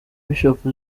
bishop